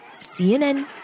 cnn